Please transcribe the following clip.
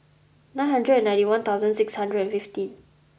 nine hundred and ninety one thousand six hundred and fifteen